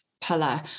pillar